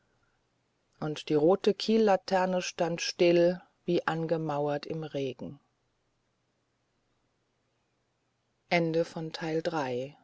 und die rote kiellaterne stand still wie angemauert im regen